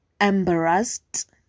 embarrassed